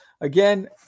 Again